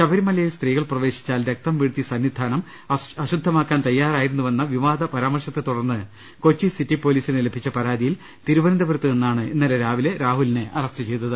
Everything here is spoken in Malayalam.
ശബരിമലയിൽ സ്ത്രീകൾ പ്രവേശിച്ചാൽ രക്തം വീഴ്ത്തി സന്നിധാനം അശുദ്ധമാക്കാൻ തയ്യാറായിരുന്നുവെന്ന വിവാദപരാമർശത്തെ തുടർന്ന് കൊച്ചി സിറ്റി പൊലീസിന് ലഭിച്ച പരാതിയിൽ തിരുവനന്തപുരത്തുനിന്നാണ് ഇന്നലെ രാവിലെ രാഹുലിനെ അറസ്റ്റ് ചെയ്തത്